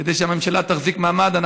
כדי שהממשלה תחזיק מעמד.